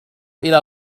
إلى